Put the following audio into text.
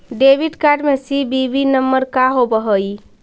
Debit card में CVV number का होव हइ?